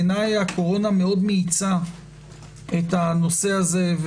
בעיניי הקורונה מאוד מאיצה את הנושא הזה,